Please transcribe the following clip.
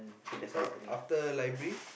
so after library